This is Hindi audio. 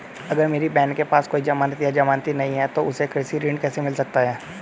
अगर मेरी बहन के पास कोई जमानत या जमानती नहीं है तो उसे कृषि ऋण कैसे मिल सकता है?